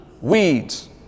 Weeds